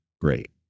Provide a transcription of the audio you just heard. great